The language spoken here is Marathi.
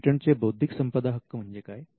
पेटंटचे बौद्धिक संपदा हक्क म्हणजे काय